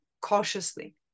cautiously